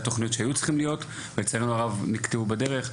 אני יודע שהיו כמה תוכניות שהיו צריכות לקרות ולצערנו הרב נקטעו בדרך.